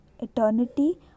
eternity